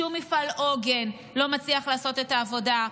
שום מפעל עוגן לא מצליח לעשות את העבודה,